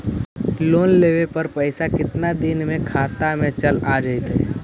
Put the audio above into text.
Loan लेब पर पैसा कितना दिन में खाता में चल आ जैताई?